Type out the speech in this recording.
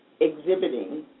exhibiting